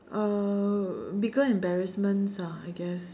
uh bigger embarrassments ah I guess